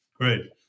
great